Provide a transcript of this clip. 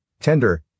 tender